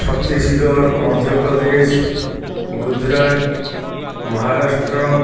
Chhattisgarh Madhya Pradesh Gujarat Maharashtra